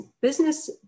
business